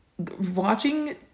Watching